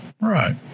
Right